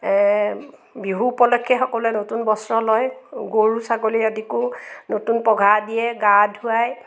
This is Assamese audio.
বিহু উপলক্ষে সকলোৱে নতুন বস্ত্ৰ লয় গৰু ছাগলী আদিকো নতুন পঘা দিয়ে গা ধোৱায়